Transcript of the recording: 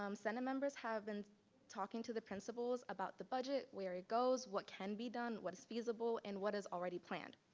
um senate members have been talking to the principals about the budget where it goes, what can be done, what is feasible and what is already planned.